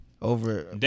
Over